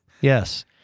Yes